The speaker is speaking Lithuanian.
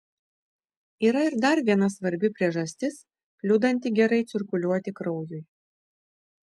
yra ir dar viena svarbi priežastis kliudanti gerai cirkuliuoti kraujui